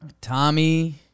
Tommy